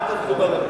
לא טבחו בערבים.